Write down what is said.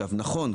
נכון,